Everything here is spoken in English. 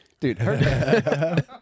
Dude